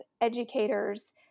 educators